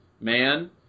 Man